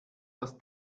das